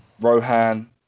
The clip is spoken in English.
Rohan